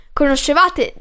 conoscevate